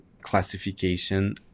classification